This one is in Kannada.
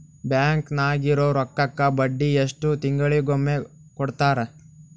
ಬ್ಯಾಂಕ್ ನಾಗಿರೋ ರೊಕ್ಕಕ್ಕ ಬಡ್ಡಿ ಎಷ್ಟು ತಿಂಗಳಿಗೊಮ್ಮೆ ಕೊಡ್ತಾರ?